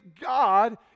God